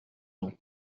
gens